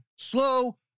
slow